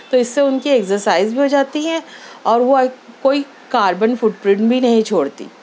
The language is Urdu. تو اِس سے اُن کی ایکسرسائز بھی ہو جاتی ہے اور وہ کوئی کاربن فٹ پرنٹ بھی نہیں چھوڑتی